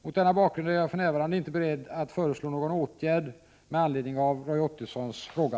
Mot denna bakgrund är jag för närvarande inte beredd att föreslå någon åtgärd med anledning av Roy Ottossons fråga.